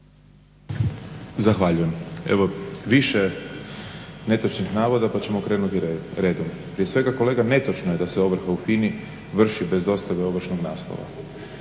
Zahvaljujem. Evo više netočnih navoda pa ćemo krenuti redom. Prije svega kolega netočno je da se ovrha u FINA-i vrši bez dostave ovršnog naslova.